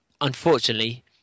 unfortunately